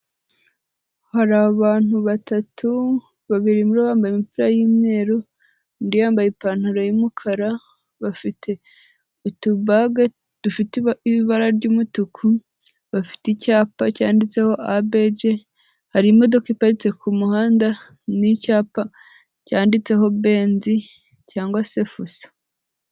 Hari abantu batatu, babiri muri bo bambaye imipira y'umweru, undi yambaye ipantaro y'umukara, bafite utubaga dufite ibara ry'umutuku, bafite icyapa cyanditseho abege, hari imodoka iparitse ku muhanda n'icyapa cyanditseho benzi cyangwa se fuso.